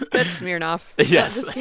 that's smirnoff yes,